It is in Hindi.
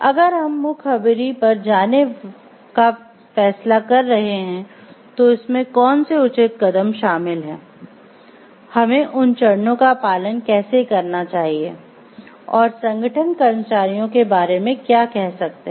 अगर हम मुखबिरी पर जाने का फैसला कर रहे हैं तो इसमें कौन से उचित कदम शामिल हैं हमें उन चरणों का पालन कैसे करना चाहिए और संगठन कर्मचारियों के बारे में क्या कह सकते हैं